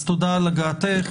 תודה על הגעתך,